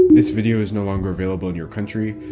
this video is no longer available in your country,